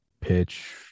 pitch